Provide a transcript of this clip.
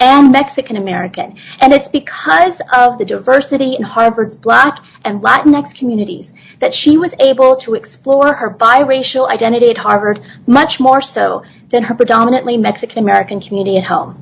and mexican american and it's because of the diversity in harvard's black and latin next communities that she was able to explore her by racial identity at harvard much more so than her predominately mexican american community and home